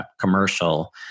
commercial